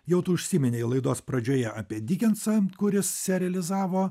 jau tu užsiminei laidos pradžioje apie dikensą kuris serializavo